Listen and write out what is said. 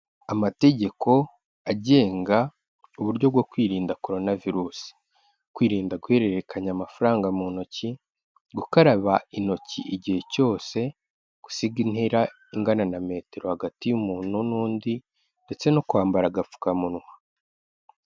Amategeko agenga uburyo bwo kwirinda Korona virusi, kwirinda guhererekanya amafaranga mu ntoki, gukaraba intoki igihe cyose, gusiga intera ingana na metero hagati y'umuntu n'undi ndetse no kwambara agapfukamunwa.